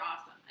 awesome